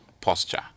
posture